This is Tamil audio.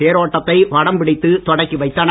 தேரோட்டத்தை வடம் பிடித்து தொடக்கி வைத்தனர்